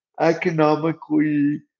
economically